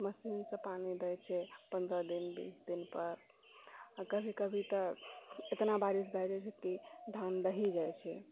मशीनसँ पानि दैत छी पन्द्रह दिन बीस दिन पर आ कभी कभी तऽ इतना बारिश भए जायत छै कि धान बहि जाइत छै